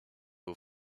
aux